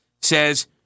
says